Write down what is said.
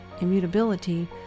immutability